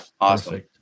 awesome